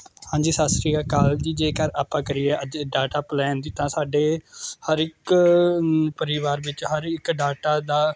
ਹਾਂਜੀ ਸਤਿ ਸ਼੍ਰੀ ਅਕਾਲ ਜੀ ਜੇਕਰ ਆਪਾਂ ਕਰੀਏ ਅੱਜ ਡਾਟਾ ਪਲੈਨ ਦੀ ਤਾਂ ਸਾਡੇ ਹਰ ਇੱਕ ਪਰਿਵਾਰ ਵਿੱਚ ਹਰ ਇੱਕ ਡਾਟਾ ਦਾ